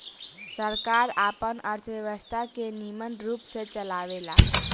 सरकार आपन अर्थव्यवस्था के निमन रूप से चलावेला